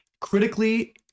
Critically